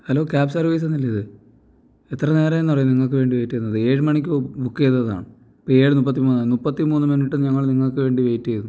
hello cab service തന്നെ അല്ലേ ഇത് എത്ര നേരം ആയെന്നറിയുമോ നിങ്ങൾക്ക് വേണ്ടി വെയിറ്റ് ചെയ്യുന്നത് ഏഴ് മണിക്ക് ബുക്ക് ചെയ്തതാണ് ഇപ്പോൾ ഏഴ് മുപ്പത്തിമൂന്നായി മുപ്പപത്തിമൂന്ന് മിനിറ്റ് ഞങ്ങൾ നിങ്ങൾക്കുവേണ്ടി വെയിറ്റ് ചെയ്തു